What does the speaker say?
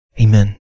Amen